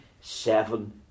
seven